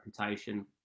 reputation